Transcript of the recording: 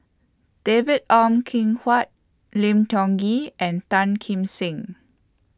David Ong Kim Huat Lim Tiong Ghee and Tan Kim Seng